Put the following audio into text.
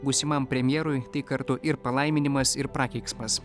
būsimam premjerui tai kartu ir palaiminimas ir prakeiksmas